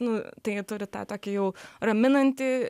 nu tai turi tą tokį jau raminantį